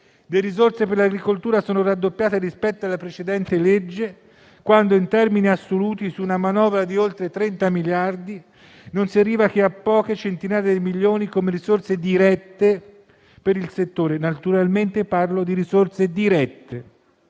le risorse per l'agricoltura sono raddoppiate rispetto alla precedente legge quando in termini assoluti, su una manovra di oltre 30 miliardi, non si arriva che a poche centinaia di milioni come risorse dirette per il settore (naturalmente parlo di risorse dirette).